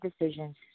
decisions